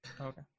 okay